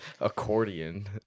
accordion